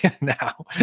now